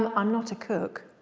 um i'm not a cook.